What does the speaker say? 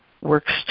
works